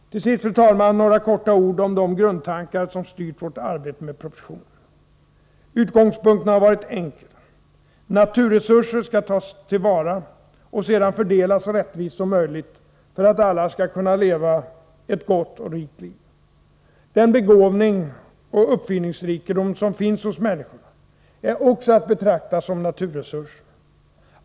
Till sist, fru talman, några få ord om de grundtankar som styrt vårt arbete med propositionen: Utgångspunkten har varit enkel. Naturresurser skall tas till vara, och sedan fördelas så rättvist som möjligt, för att alla skall kunna leva ett gott och rikt liv. Den begåvning och uppfinningsrikedom som finns hos människorna är också att betrakta som naturresurser.